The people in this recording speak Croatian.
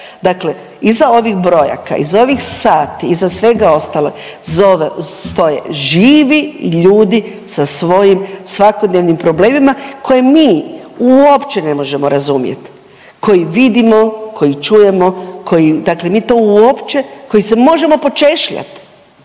Dakle iza ovih brojaka, iza ovih sati, iza svega ostalog zove, stoje živi ljudi sa svojim svakodnevnim problemima koje mi uopće ne možemo razumjet, koji vidimo, koji čujemo, koji dakle mi to uopće koji se možemo počešljat,